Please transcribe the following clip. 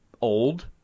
old